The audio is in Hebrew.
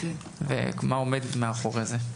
ומה עומד מאחורי זה.